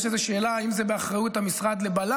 יש איזו שאלה אם זה באחריות המשרד לביטחון